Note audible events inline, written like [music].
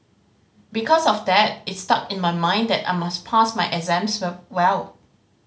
because of that it stuck in my mind that I must pass my exams [unintelligible] well